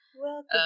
welcome